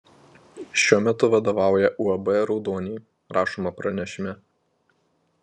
šiuo metu vadovauja uab raudoniai rašoma pranešime